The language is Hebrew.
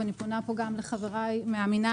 ואני פונה פה גם לחבריי מהמינהל,